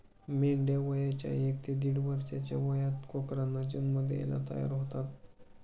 मेंढ्या वयाच्या एक ते दीड वर्षाच्या वयात कोकरांना जन्म द्यायला तयार होतात